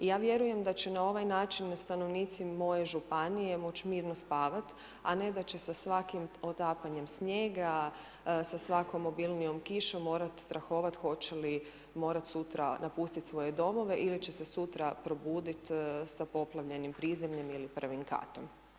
I ja vjerujem da će na ovaj način stanovnici moje županije, može mirno spavati, a ne da će sa svakim potapanje snijega, sa svakom obilnijom kišom morati strahovati, hoće li morati sutra napustiti svoje domove ili će se sutra probudit sa poplavljenim prizemljem i prvim katom.